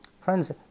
Friends